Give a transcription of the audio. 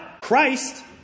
Christ